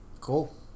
Cool